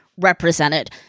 represented